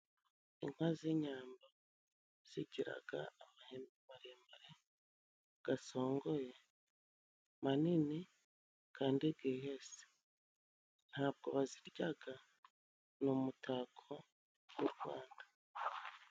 Inka z'inyambo zigiraga amahembe maremare, gasongoye manini kandi gihese, ntabwo baziryaga ni umutako w'u Rwanda.